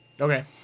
Okay